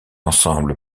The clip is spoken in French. ensemble